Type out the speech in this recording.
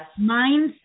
mindset